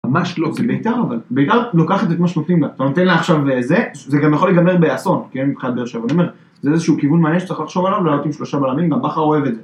ממש לא, זה ביתר אבל. ביתר לוקחת את מה שנותנים לה. אתה נותן לה עכשיו זה, זה גם יכול להיגמר באסון, כן מבחינת באר שבע אני אומר. זה איזשהו כיוון מעניין שצריך לחשוב עליו, לעלות עם שלושה מלמים, גם בכר אוהב את זה.